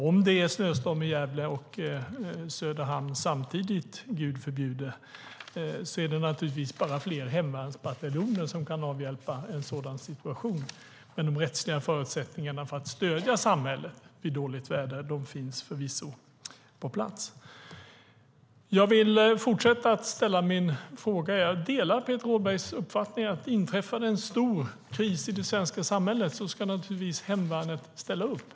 Om det är snöstorm i Gävle och Söderhamn samtidigt, Gud förbjude, är det naturligtvis bara fler hemvärnsbataljoner som kan avhjälpa en sådan situation. Men de rättsliga förutsättningarna för att stödja samhället vid dåligt väder finns förvisso på plats. Jag vill fortsätta att ställa mina frågor. Jag delar Peter Rådbergs uppfattning att om det inträffar en stor kris i det svenska samhället ska naturligtvis hemvärnet ställa upp.